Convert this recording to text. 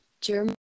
german